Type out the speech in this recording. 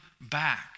back